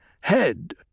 Head